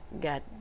got